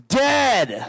dead